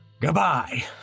Goodbye